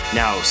now